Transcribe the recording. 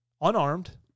unarmed